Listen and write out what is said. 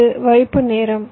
இது வைப்பு நேரம்